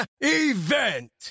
event